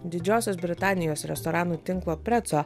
didžiosios britanijos restoranų tinklo preco